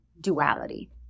duality